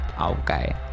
Okay